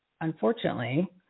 unfortunately